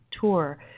tour